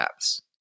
apps